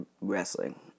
wrestling